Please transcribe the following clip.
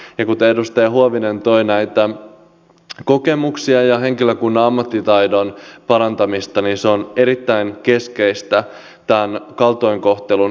ja kuten edustaja huovinen toi esiin näitä kokemuksia ja henkilökunnan ammattitaidon parantamista niin se on erittäin keskeistä tämän kaltoinkohtelun ehkäisemissä